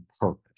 purpose